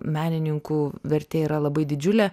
menininkų vertė yra labai didžiulė